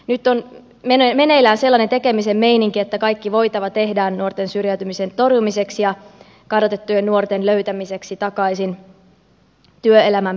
nyt on meneillään sellainen tekemisen meininki että kaikki voitava tehdään nuorten syrjäytymisen torjumiseksi ja kadotettujen nuorten löytämiseksi takaisin työelämän piiriin